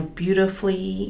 beautifully